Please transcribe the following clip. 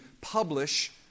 publish